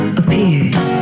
appears